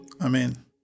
Amen